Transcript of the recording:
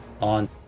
on